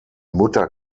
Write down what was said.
mutter